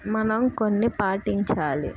మనం కొన్ని పాటించాలి